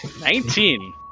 Nineteen